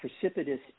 precipitous